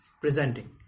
presenting